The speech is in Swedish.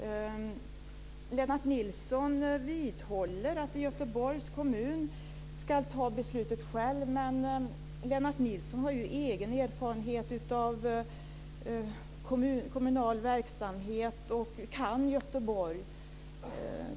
Lennart Nilsson vidhåller att Göteborgs kommun själv ska fatta beslut. Men Lennart Nilsson har ju egen erfarenhet av kommunal verksamhet och kan Göteborg.